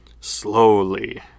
Slowly